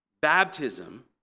Baptism